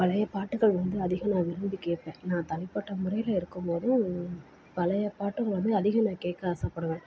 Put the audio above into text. பழைய பாட்டுகள் வந்து அதிகம் நான் விரும்பி கேட்பேன் நான் தனிப்பட்ட முறையில் இருக்கும் போது பழைய பாட்டுகள் வந்து அதிகம் நான் கேட்க ஆசைப்படுவேன்